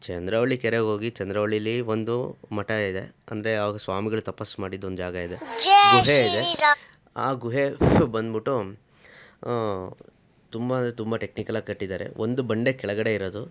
ಚಂದ್ರವಳ್ಳಿ ಕೆರೆಗೆ ಹೋಗಿ ಚಂದ್ರವಳ್ಳಿಲಿ ಒಂದು ಮಠ ಇದೆ ಅಂದರೆ ಆವಾಗ ಸ್ವಾಮಿಗಳು ತಪಸ್ಸು ಮಾಡಿದ್ದೊಂದು ಜಾಗ ಇದೆ ಗುಹೆ ಇದೆ ಆ ಗುಹೆ ಬಂದ್ಬಿಟ್ಟು ತುಂಬ ಅಂದರೆ ತುಂಬ ಟೆಕ್ನಿಕಲಾಗಿ ಕಟ್ಟಿದ್ದಾರೆ ಒಂದು ಬಂಡೆ ಕೆಳಗಡೆ ಇರೋದು